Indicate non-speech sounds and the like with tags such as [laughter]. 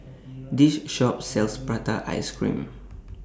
[noise] This Shop sells Prata Ice Cream